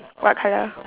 what colour